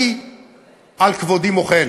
אני על כבודי מוחל.